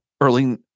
early